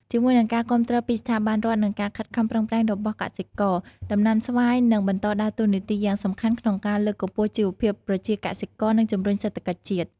ជាមួយនឹងការគាំទ្រពីស្ថាប័នរដ្ឋ និងការខិតខំប្រឹងប្រែងរបស់កសិករ ដំណាំស្វាយនឹងបន្តដើរតួនាទីយ៉ាងសំខាន់ក្នុងការលើកកម្ពស់ជីវភាពប្រជាកសិករ និងជំរុញសេដ្ឋកិច្ចជាតិ។